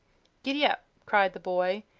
gid-dap! cried the boy,